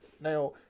now